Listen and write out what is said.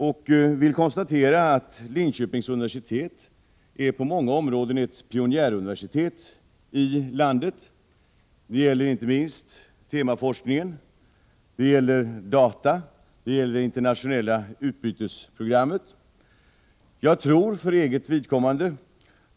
Jag vill konstatera att Linköpings universitet på många områden är ett pionjäruniversitet i landet. Det gäller inte minst temaforskningen, det gäller data, det gäller det internationella utbytesprogrammet. Jag tror för eget vidkommande